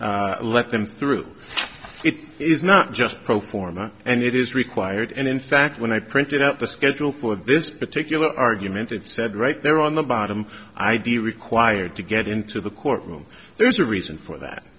just let them through it is not just pro forma and it is required and in fact when i printed out the schedule for this particular argument it said right there on the bottom idea required to get into the courtroom there's a reason for that